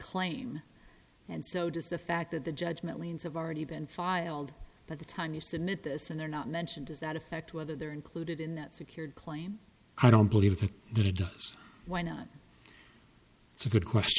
claim and so does the fact that the judgment liens have already been filed but the time you submit this and they're not mentioned does that affect whether they're included in that secured claim i don't believe that it does why not it's a good question